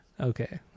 Okay